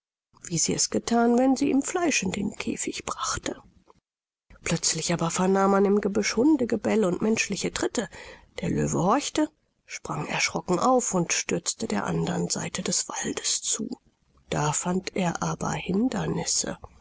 wie sie es gethan wenn sie ihm fleisch in den käfig brachte plötzlich aber vernahm man im gebüsch hundegebell und menschliche tritte der löwe horchte sprang erschrocken auf und stürzte der andern seite des waldes zu da fand er aber hindernisse